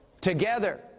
Together